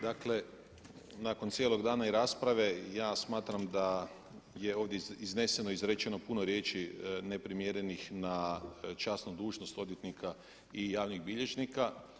Dakle nakon cijelog dana i rasprave i ja smatram da je ovdje izneseno i izrečeno puno riječi neprimjerenih na časnu dužnost odvjetnika i javnih bilježnika.